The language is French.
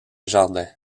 jardin